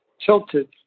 tilted